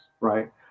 right